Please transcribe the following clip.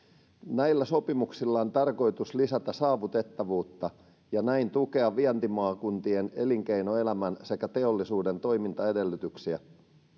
näillä sopimuksilla on tarkoitus lisätä saavutettavuutta ja näin tukea vientimaakuntien elinkeinoelämän sekä teollisuuden toimintaedellytyksiä